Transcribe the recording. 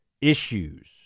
Issues